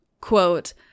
Quote